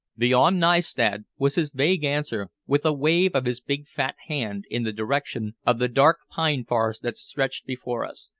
beyond nystad, was his vague answer with a wave of his big fat hand in the direction of the dark pine forest that stretched before us.